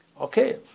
Okay